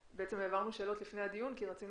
העברנו שאלות לפני הדיון כי רצינו